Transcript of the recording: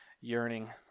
Yearning